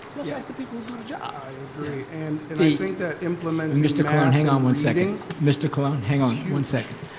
let's ask the people who do the job. i agree and and i think that and mr. colon, hang on one second. mr. colon, hang on one second.